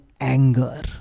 anger